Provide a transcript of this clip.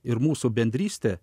ir mūsų bendrystė